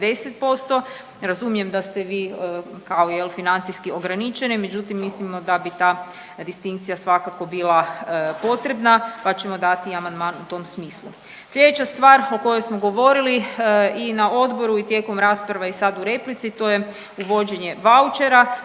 50%. Razumijem da ste vi kao jel financijski ograničeni, međutim mislimo da bi ta distinkcija svakako bila potrebna pa ćemo dati amandman u tom smislu. Slijedeća stvar o kojoj smo govorili i na odboru i tijekom rasprave i sad u replici to je uvođenje vaučera